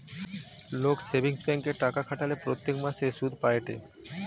লোক সেভিংস ব্যাঙ্কে টাকা খাটালে প্রত্যেক মাসে সুধ পায়েটে